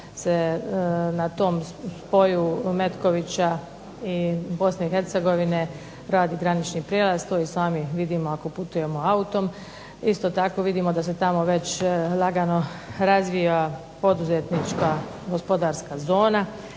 na tom spoju Metkovića i BiH radi granični prijelaz, to i sami vidimo ako putujemo autom. Isto tako vidimo da se tamo već lagano razvija poduzetnička gospodarska zona.